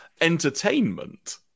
entertainment